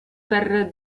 per